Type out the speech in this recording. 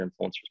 influencers